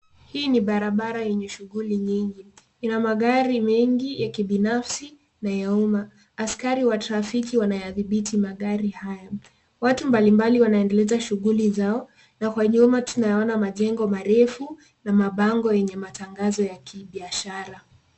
Hii ni barabara yenye shughuli nyingi. Ina magari mengi ya kibinafsi na ya uma. Askari wa trafiki wanayadhibiti magari haya. Watu mbalimbali wanaendeleza shuguli zao na kwa nyuma tunayaona majengo marefu na mabango yenye matangazo ya kibiashara.